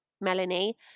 Melanie